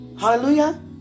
Hallelujah